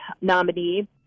nominee